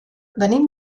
venim